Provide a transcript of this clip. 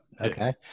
Okay